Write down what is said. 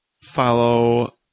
follow